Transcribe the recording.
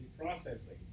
processing